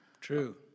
True